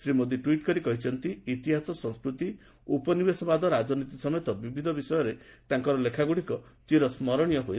Shri Modi tweet କରି କହିଛନ୍ତି ଇତିହାସ ସଂସ୍କୃତି ଉପନିବେଶବାଦ ରାଜନୀତି ସମେତ ବିବିଧ ବିଷୟରେ ତାଙ୍କର ଲେଖାଗୁଡ଼ିକ ଚିରସ୍କରଣୀୟ ହୋଇ ରହିବ